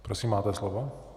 Prosím, máte slovo.